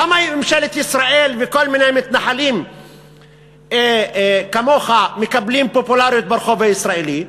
למה ממשלת ישראל וכל מיני מתנחלים כמוך מקבלים פופולריות ברחוב הישראלי?